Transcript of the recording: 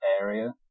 area